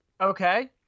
Okay